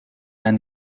ein